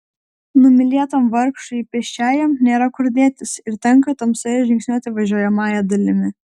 numylėtam vargšui pėsčiajam nėra kur dėtis ir tenka tamsoje žingsniuoti važiuojamąja dalimi